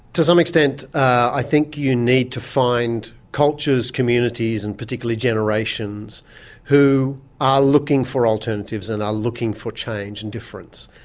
to some extent i think you need to find cultures, communities and particularly generations who are looking for alternatives and are looking for change and difference.